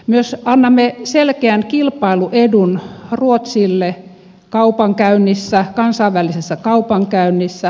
myös annamme selkeän kilpailuedun ruotsille kansainvälisessä kaupankäynnissä